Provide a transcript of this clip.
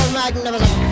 magnificent